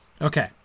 Okay